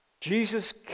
Jesus